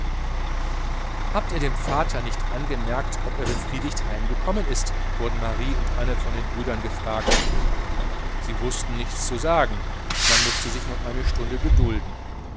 habt ihr dem vater nichts angemerkt ob er befriedigt heimgekommen ist wurden marie und anne von den brüdern gefragt sie wußten nichts zu sagen man mußte sich noch eine stunde gedulden